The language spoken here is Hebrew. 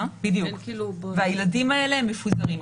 הילדים האלה מפוזרים.